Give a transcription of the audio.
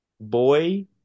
boy